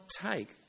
take